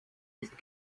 ist